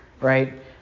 right